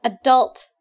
adult